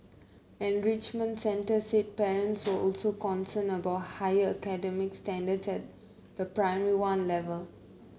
enrichment centres said parents were also concerned about higher academic standards at the Primary One level